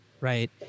right